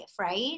right